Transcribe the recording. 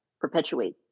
perpetuate